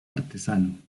artesano